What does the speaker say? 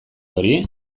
hori